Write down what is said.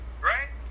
right